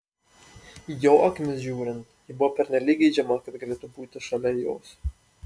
jo akimis žiūrint ji buvo pernelyg geidžiama kad galėtų būti šalia jos